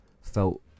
felt